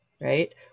right